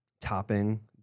topping